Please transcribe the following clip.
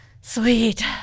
sweet